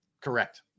Correct